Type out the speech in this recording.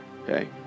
okay